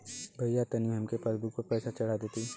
भईया तनि हमरे पासबुक पर पैसा चढ़ा देती